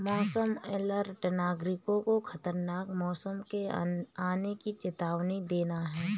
मौसम अलर्ट नागरिकों को खतरनाक मौसम के आने की चेतावनी देना है